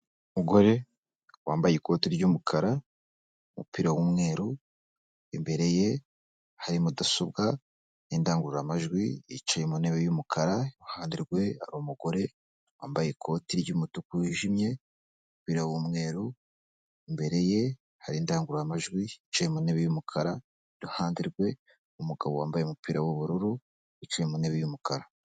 Umugore wambaye ikoti ry'umukara, umupira w'umweru, imbere ye hari mudasobwa, indangururamajwi, yicaye mu ntebe y'umukara, iruhande rwe hari umugore wambaye ikoti ry'umutuku wijimye, umupira w'umweru, imbere ye hari indangururamajwi yicaye mu ntebe y'umukara, iruhande rwe hari umugabo wambaye umupira w'ubururu wicaye mu ntebe y'umukara.